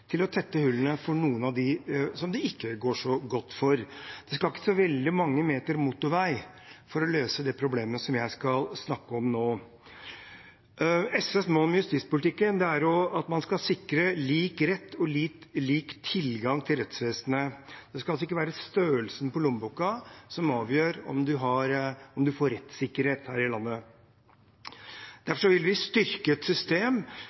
til å tette hullene for noen av dem som det ikke går så godt for. Det skal ikke så veldig mange meter motorvei til for å løse det problemet som jeg skal snakke om nå. SVs mål med justispolitikken er at man skal sikre lik rett og lik tilgang til rettsvesenet. Det skal altså ikke være størrelsen på lommeboka som avgjør om en får rettssikkerhet her i landet. Derfor vil vi styrke et system